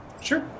Sure